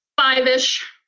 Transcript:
five-ish